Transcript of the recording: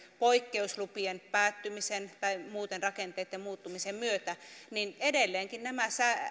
poikkeuslupien päättymisen tai muuten rakenteitten muuttumisen myötä niin edelleenkin nämä